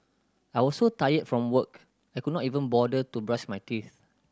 I was so tired from work I could not even bother to brush my teeth